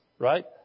Right